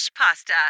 pasta